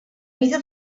mida